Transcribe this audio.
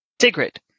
Sigrid